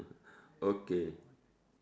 okay